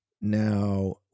now